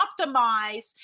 optimize